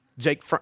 Jake